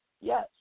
yes